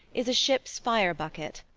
is a ship's fire bucket.